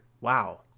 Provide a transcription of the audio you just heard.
Wow